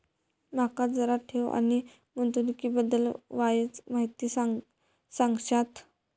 माका जरा ठेव आणि गुंतवणूकी बद्दल वायचं माहिती सांगशात?